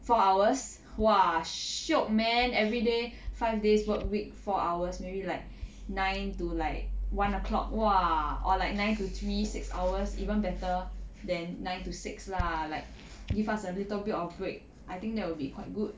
four hours !wah! shiok man everyday five days work week four hours maybe like nine to like one o'clock !wah! or like nine to three six hours even better than nine to six lah like give us a little bit of break I think that will be quite good